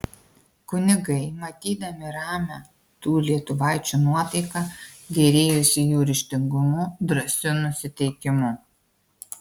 kunigai matydami ramią tų lietuvaičių nuotaiką gėrėjosi jų ryžtingumu drąsiu nusiteikimu